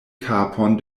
kapon